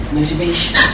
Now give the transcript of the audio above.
motivation